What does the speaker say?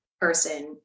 person